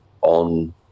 on